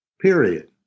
period